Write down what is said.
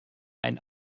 ein